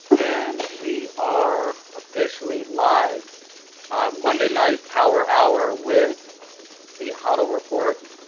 and we are officially live on monday night power hour with the huddle report,